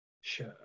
Sure